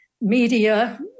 media